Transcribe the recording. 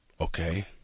okay